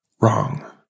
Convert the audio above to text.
wrong